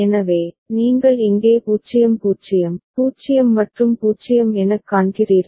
எனவே நீங்கள் இங்கே 0 0 0 மற்றும் 0 எனக் காண்கிறீர்கள்